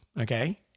okay